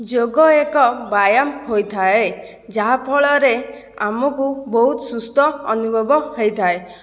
ଯୋଗ ଏକ ବ୍ୟାୟାମ ହୋଇଥାଏ ଯାହାଫଳରେ ଆମକୁ ବହୁତ ସୁସ୍ଥ ଅନୁଭବ ହୋଇଥାଏ